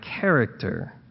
character